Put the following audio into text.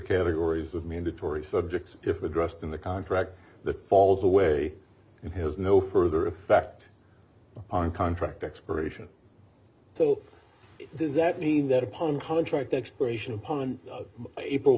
categories of mandatory subjects if addressed in the contract that falls away and has no further effect on contract expiration so does that mean that upon contract expiration upon april